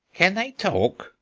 can they talk?